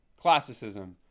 classicism